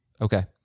Okay